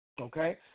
okay